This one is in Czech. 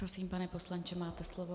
Prosím, pane poslanče, máte slovo.